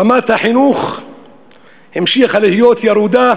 רמת החינוך המשיכה להיות ירודה,